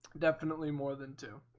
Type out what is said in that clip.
definitely more than two